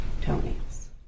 toenails